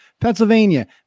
Pennsylvania